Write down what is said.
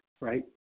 right